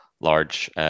large